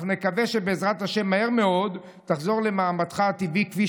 אך נקווה שבעזרת השם מהר מאוד תחזור למעמדך הטבעי כפי